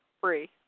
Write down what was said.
free